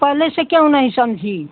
पहले से क्यों नहीं समझी